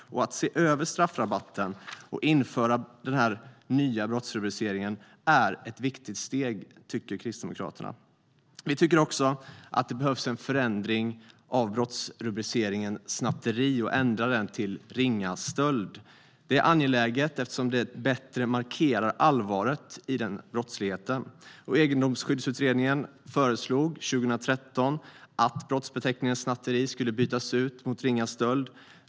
Att man ser över straffrabatten och inför den nya brottsrubriceringen tycker Kristdemokraterna är ett viktigt steg. Vi tycker också att det behövs en förändring av brottsrubriceringen "snatteri" till "ringa stöld". Det är angeläget eftersom det bättre markerar allvaret i brottsligheten. Egendomsskyddsutredningen föreslog också 2013 att brottsbeteckningen "snatteri" skulle bytas ut mot "ringa stöld".